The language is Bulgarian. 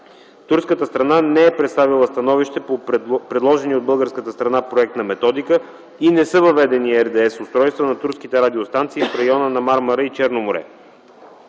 Турската страна не е представила становище по предложения от българската страна проект на методика и не са въведени РДС-устройства на турските радиостанции в района на Мармара и Черно море.